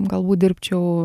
galbūt dirbčiau